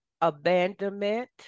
Abandonment